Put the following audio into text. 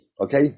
Okay